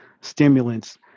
stimulants